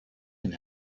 can